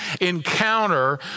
encounter